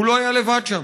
הוא לא היה לבד שם.